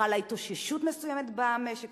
חלה התאוששות מסוימת במשק.